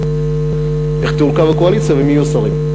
איך תורכב הקואליציה ומי יהיו שרים,